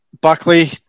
Buckley